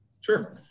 Sure